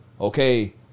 okay